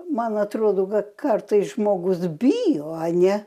man atrodo kad kartais žmogus bijo o ne